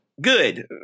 Good